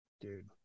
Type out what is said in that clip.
Dude